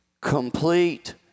complete